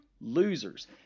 losers